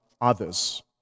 others